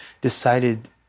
decided